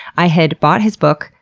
i had bought his book,